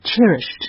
cherished